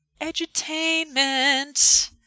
Edutainment